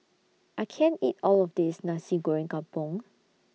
I can't eat All of This Nasi Goreng Kampung